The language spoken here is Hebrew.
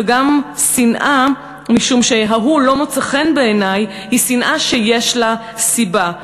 וגם שנאה משום ש'ההוא לא מוצא חן בעיני' היא שנאה שיש לה סיבה",